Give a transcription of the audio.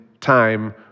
time